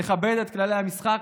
נכבד את כללי המשחק,